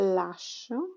lascio